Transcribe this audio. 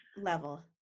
level